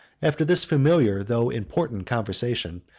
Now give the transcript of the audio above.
after this familiar, though important conversation,